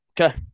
Okay